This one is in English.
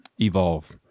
evolve